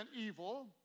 evil